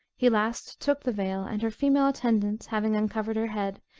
he last took the veil, and her female attendants having uncovered her head,